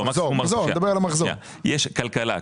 יש כלכלה,